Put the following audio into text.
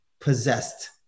possessed